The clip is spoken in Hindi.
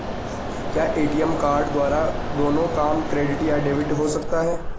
क्या ए.टी.एम कार्ड द्वारा दोनों काम क्रेडिट या डेबिट हो सकता है?